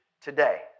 today